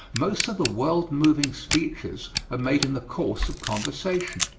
most of the world-moving speeches are made in the course of conversation.